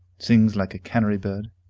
sings like a canary-bird,